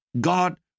God